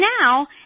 now